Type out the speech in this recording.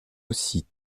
aussi